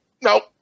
nope